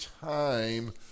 time